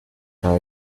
cada